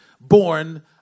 born